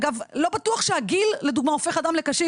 אגב, לא בטוח שהגיל לדוגמה הופך אדם לקשיש.